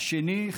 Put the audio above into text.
השני,